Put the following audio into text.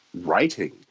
writing